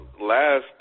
last